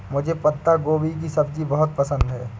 मुझे पत्ता गोभी की सब्जी बहुत पसंद है